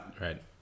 right